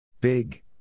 Big